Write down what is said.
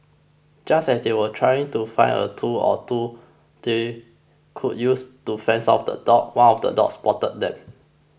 just as they were trying to find a tool or two they could use to fend off the dogs one of the dogs spotted them